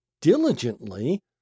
diligently